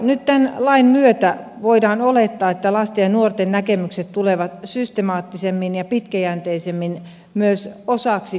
nyt tämän lain myötä voidaan olettaa että lasten ja nuorten näkemykset tulevat systemaattisemmin ja pitkäjänteisemmin osaksi kunnan toimintaa